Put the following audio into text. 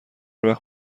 وقت